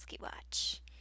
Watch